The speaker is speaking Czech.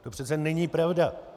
To přece není pravda.